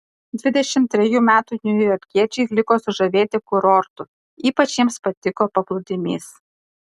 dvidešimt trejų metų niujorkiečiai liko sužavėti kurortu ypač jiems patiko paplūdimys